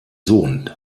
sohn